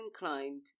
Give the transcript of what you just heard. inclined